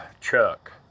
Chuck